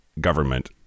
government